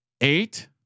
Eight